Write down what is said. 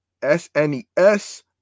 SNES